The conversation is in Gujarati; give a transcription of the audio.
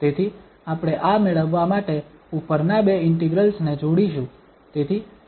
તેથી આપણે આ મેળવવા માટે ઉપરના બે ઇન્ટિગ્રેલ્સ ને જોડીશું